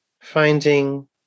finding